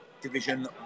Division